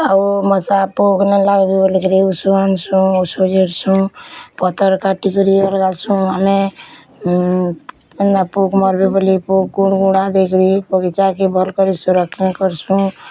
ଆଉ ମଶା ପୋକ୍ ନାଇ ଲାଗବେ ବୋଲିକିରି ଉଷ ଆଣ୍ଛୁ ଓଷଧ୍ ପତର୍ କାଟିକରି ଲଗାସୁଁ ଆମେ ଯେନ୍ତା ପୁକ୍ ମାର୍ବି ବୋଲି ପୋକ୍ କୁଡ଼୍ ମୁଡ଼ା ଦେଇକରି ବଗିଚାକେ ଭଲ୍ କରି ସୁରକ୍ଷା କର୍ସୁଁ